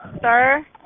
sir